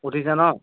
উঠিছে ন